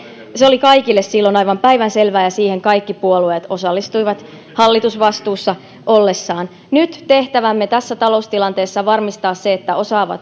se oli kaikille silloin aivan päivänselvää ja siihen kaikki puolueet osallistuivat hallitusvastuussa ollessaan nyt tehtävämme tässä taloustilanteessa on varmistaa se että osaavaa